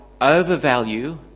overvalue